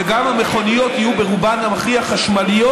וגם המכוניות יהיו ברובן המכריע חשמליות.